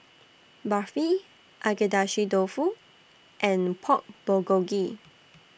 Barfi Agedashi Dofu and Pork Bulgogi